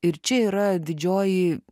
ir čia yra didžioji